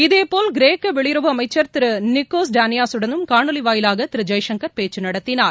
இதேபோல் கிரேக்க வெளியுறவு அமைச்சர் திரு நிக்கோஸ் டேன்னியாஸ் உடனும் காணொலி வாயிலாக திரு ஜெய்சங்கர் பேச்சு நடத்தினார்